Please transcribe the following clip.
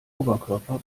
oberkörper